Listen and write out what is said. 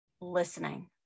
listening